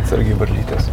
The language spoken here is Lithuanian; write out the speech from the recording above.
atsargiai varlytės